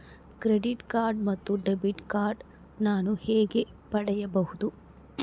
Credit card ಮತ್ತು debit card ನಾನು ಹೇಗೆ ಪಡೆಯಬಹುದು?